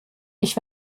ich